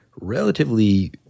relatively